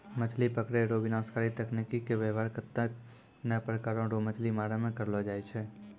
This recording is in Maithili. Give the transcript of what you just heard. मछली पकड़ै रो विनाशकारी तकनीकी के वेवहार कत्ते ने प्रकार रो मछली मारै मे करलो जाय छै